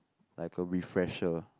like a refresher